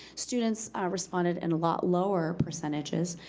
students responded in a lot lower percentages,